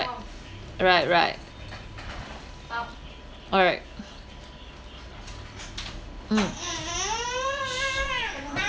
right right alright mm